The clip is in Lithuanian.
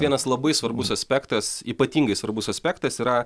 vienas labai svarbus aspektas ypatingai svarbus aspektas yra